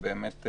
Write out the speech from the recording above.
ובאמת,